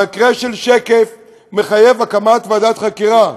ובמקרה של שקף זה מחייב הקמת ועדת חקירה.